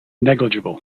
negligible